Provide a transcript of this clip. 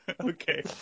okay